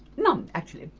none, actually.